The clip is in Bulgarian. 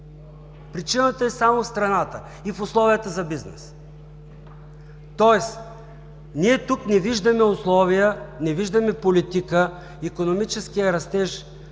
Причината е само в страната и в условията за бизнес.“ Тоест ние тук не виждаме условия, не виждаме политика икономическият растеж